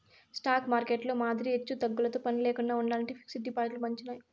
stock మార్కెట్టులో మాదిరి ఎచ్చుతగ్గులతో పనిలేకండా ఉండాలంటే ఫిక్స్డ్ డిపాజిట్లు మంచియి